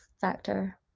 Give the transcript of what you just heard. factor